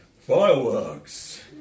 Fireworks